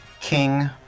king